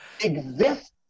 exist